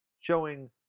showing